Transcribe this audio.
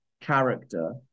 character